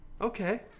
Okay